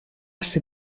ser